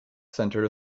center